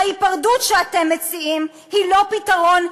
ההיפרדות שאתם מציעים היא לא פתרון,